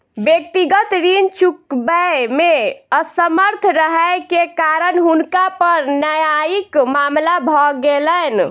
व्यक्तिगत ऋण चुकबै मे असमर्थ रहै के कारण हुनका पर न्यायिक मामला भ गेलैन